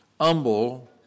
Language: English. humble